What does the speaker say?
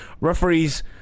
Referees